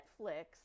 Netflix